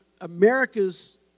America's